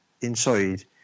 inside